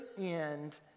end